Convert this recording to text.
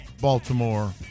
Baltimore